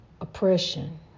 Oppression